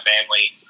family